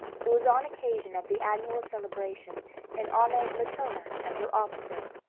it was on occasion of the annual celebration in honor of latona and her offspring,